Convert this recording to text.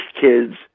kids